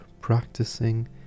practicing